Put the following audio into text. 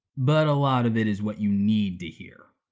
but a lot of it is what you need to hear.